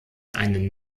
einen